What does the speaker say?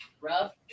rough